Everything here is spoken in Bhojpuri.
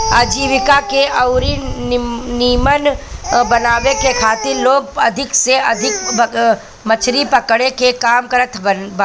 आजीविका के अउरी नीमन बनावे के खातिर लोग अधिका से अधिका मछरी पकड़े के काम करत बारे